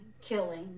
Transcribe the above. killing